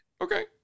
Okay